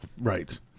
Right